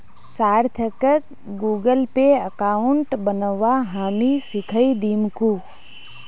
सार्थकक Google Pay account बनव्वा हामी सीखइ दीमकु